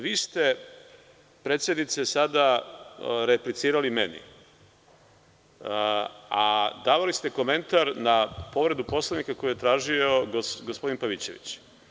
Vi ste, predsednice, sada replicirali meni, a davali ste komentar na povredu Poslovnika koju je tražio gospodin Pavićević.